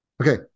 Okay